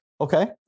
okay